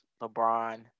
LeBron